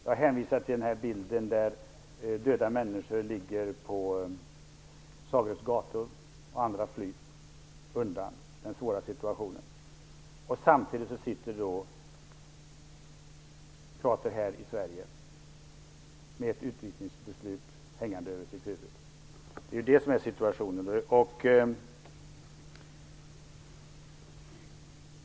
Jag hänvisar till bilden där döda människor ligger på Zagrebs gator och andra flyr undan den svåra situationen. Samtidigt finns det kroater här i Sverige med ett utvisningsbeslut hängande över sitt huvud. Sådan är situationen.